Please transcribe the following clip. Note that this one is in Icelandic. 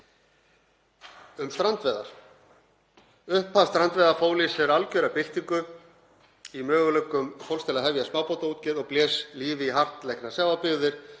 um strandveiðar. Upphaf strandveiða fól í sér algjöra byltingu í möguleikum fólks til að hefja smábátaútgerð og blés lífi í hart leiknar sjávarbyggðir